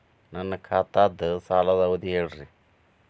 ನನ್ನ ಖಾತಾದ್ದ ಸಾಲದ್ ಅವಧಿ ಹೇಳ್ರಿ